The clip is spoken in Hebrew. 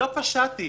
לא פשעתי.